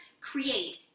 create